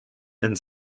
and